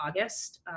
august